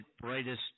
brightest